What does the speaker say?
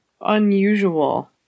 unusual